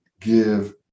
give